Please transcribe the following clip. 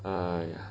ah ya